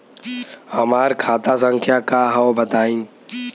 हमार खाता संख्या का हव बताई?